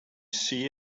see